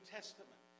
Testament